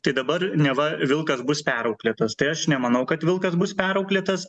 tai dabar neva vilkas bus perauklėtas tai aš nemanau kad vilkas bus perauklėtas